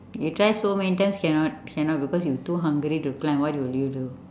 you try so many times cannot cannot because you too hungry to climb what will you do